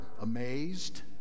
amazed